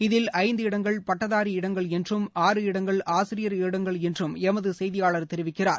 இதில் இந்து இடங்கள் பட்டதாரி இடங்கள் என்றும் ஆறு இடங்கள் ஆசிரியர்கள் இடங்கள் என்றும் எமது செய்தியாளர் தெரிவிக்கிறார்